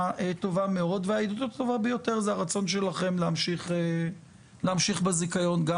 טובה והעדות הטובה ביותר זה הרצון שלכם להמשיך בזיכיון גם